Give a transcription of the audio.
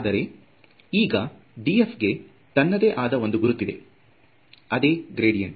ಆದರೆ ಈಗ df ಗೆ ತನ್ನದೇ ಆದ ಒಂದು ಗುರುತಿದೆ ಅದೇ ಗ್ರೇಡಿಯಂಟ್